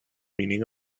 meaning